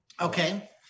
Okay